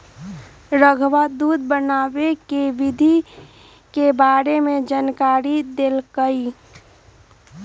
रधवा दूध बनावे के विधि के बारे में जानकारी देलकई